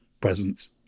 presence